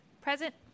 Present